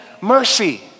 mercy